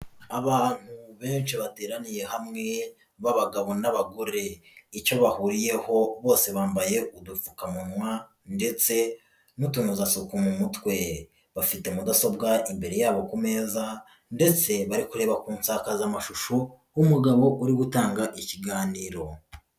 Abantu benshi bateraniye hamwe b'abagabo n'abagore, icyo bahuriyeho bose bambaye udupfukamunwa ndetse n'utunozasuku mu mutwe, bafite mudasobwa ndetse imbere yabo ku meza ndetse bari kureba ku nsakakazamashusho umugabo uri gutanga ikiganiro.